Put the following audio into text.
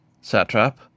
Satrap